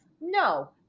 no